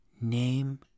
Name